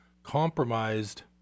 compromised